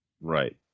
right